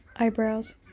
Eyebrows